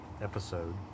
episode